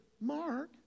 Mark